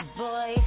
boy